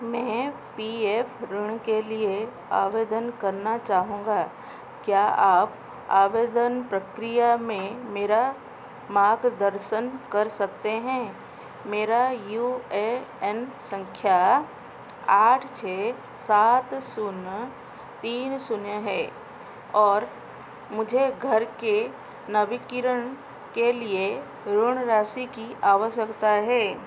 मैं पी एफ़ ऋण के लिए आवेदन करना चाहूँगा क्या आप आवेदन प्रक्रिया में मेरा मार्गदर्शन कर सकते हैं मेरा यू ए एन संख्या आठ छः सात शून्य तीन शून्य है और मुझे घर के नाविनिकर्ण के लिए ऋण राशि की आवश्यकता हे